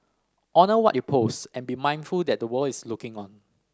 honour what you post and be mindful that the world is looking on